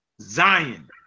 Zion